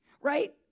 Right